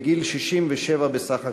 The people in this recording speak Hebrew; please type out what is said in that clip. בגיל 67 בסך הכול.